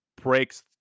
breaks